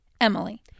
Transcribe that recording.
Emily